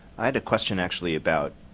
i had a question actually about